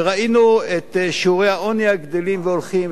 וראינו את שיעורי העוני הגדלים והולכים,